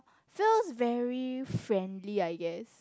feels very friendly I guess